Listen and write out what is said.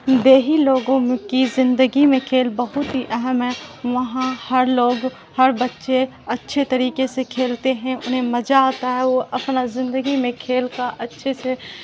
دیہی لوگوں میں کی زندگی میں کھیل بہت ہی اہم ہے وہاں ہر لوگ ہر بچے اچھے طریقے سے کھیلتے ہیں انہیں مزہ آتا ہے وہ اپنا زندگی میں کھیل کا اچھے سے